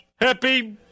Happy